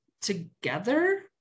together